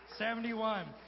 71